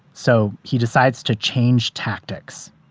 so he decides to change tactics